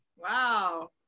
Wow